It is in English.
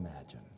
imagine